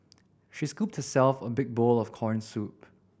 she scooped herself a big bowl of corn soup